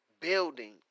building